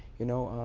you know,